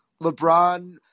LeBron